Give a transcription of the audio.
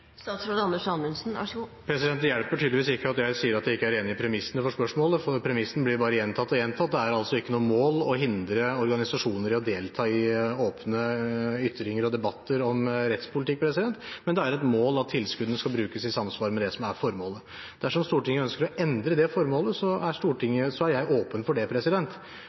Det hjelper tydeligvis ikke at jeg sier at jeg ikke er enig i premissene for spørsmålet, for premissene blir bare gjentatt og gjentatt. Det er altså ikke noe mål å hindre organisasjoner i å delta i åpne ytringer og debatter om rettspolitikk, men det er et mål at tilskuddene skal brukes i samsvar med det som er formålet. Dersom Stortinget ønsker å endre det formålet, er jeg åpen for det. Men det er altså slik at formålet med denne tilskuddsordningen klart fremgår av statsbudsjettet, og det er også slik at det